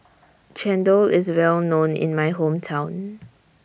Chendol IS Well known in My Hometown